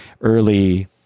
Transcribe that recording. early